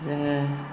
जोङो